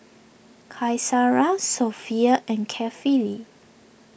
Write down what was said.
Qaisara Sofea and Kefli